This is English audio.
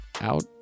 out